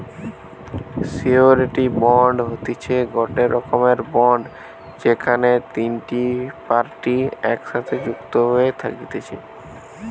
surety bond হতিছে গটে রকমের বন্ড যেখানে তিনটে পার্টি একসাথে যুক্ত হয়ে থাকতিছে